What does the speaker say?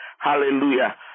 Hallelujah